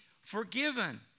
forgiven